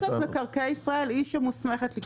מועצת מקרקעי ישראל היא שמוסמכת להחליט.